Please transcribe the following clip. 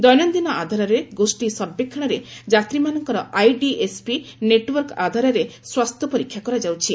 ଦୈନନ୍ଦିନ ଆଧାରରେ ଗୋଷ୍ଠୀ ସର୍ବେକ୍ଷଣରେ ଯାତ୍ରୀମାନଙ୍କର ଆଇଡିଏସ୍ପି ନେଟୱାର୍କ ଆଧାରରେ ସ୍ୱାସ୍ଥ୍ୟ ପରୀକ୍ଷା କରାଯାଉଛି